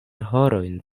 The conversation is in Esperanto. horojn